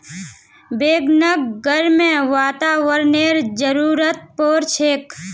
बैगनक गर्म वातावरनेर जरुरत पोर छेक